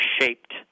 shaped